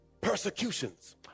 Persecutions